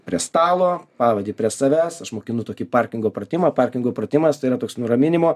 prie stalo pavadį prie savęs aš mokinu tokį parkingo pratimą parkingo pratimas tai yra toks nuraminimo